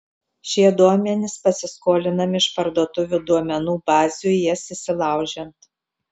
šie duomenys pasiskolinami iš parduotuvių duomenų bazių į jas įsilaužiant